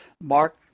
Mark